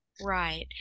right